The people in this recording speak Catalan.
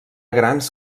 grans